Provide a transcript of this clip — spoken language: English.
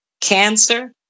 cancer